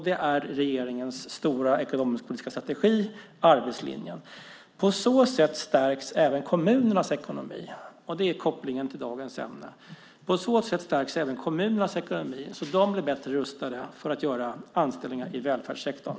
Det är också regeringens stora ekonomisk-politiska strategi: arbetslinjen. På så sätt stärks även kommunernas ekonomi, och det är kopplingen till dagens ämne. De blir alltså bättre rustade för att göra anställningar i välfärdssektorn.